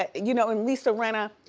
and you know? and lisa rinna,